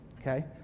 okay